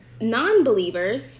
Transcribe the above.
non-believers